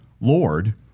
Lord